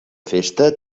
festa